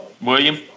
William